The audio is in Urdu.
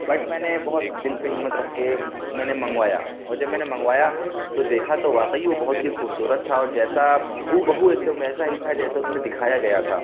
بٹ میں نے بہت دِل پہ ہمت رکھ کے میں نے منگوایا اور جب میں نے منگوایا تو دیکھا تو واقعی وہ بہت ہی خوبصورت تھا اور جیسا ہُو بہُو ایک دم ویسا ہی تھا جیسا اُس میں دکھایا گیا تھا